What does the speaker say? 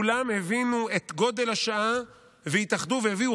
כולם הבינו את גודל השעה והתאחדו והגישו